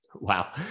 Wow